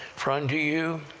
for unto you